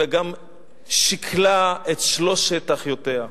אלא גם שכלה את שלוש אחיותיה.